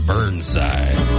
Burnside